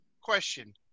Question